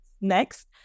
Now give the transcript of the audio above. Next